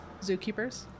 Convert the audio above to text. zookeepers